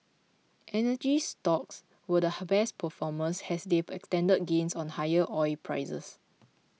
energy stocks were the best performers as they extended gains on higher oil prices